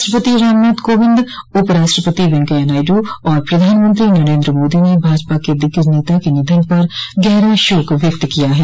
राष्ट्रपति रामनाथ कोविंद उपराष्टपति वेंकैया नायडू और प्रधानमंत्री नरेन्द्र मोदी ने भाजपा के दिग्गज नता के निधन पर गहरा शोक व्यक्त किया है